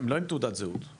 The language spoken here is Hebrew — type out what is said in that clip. לא עם תעודת זהות.